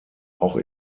auch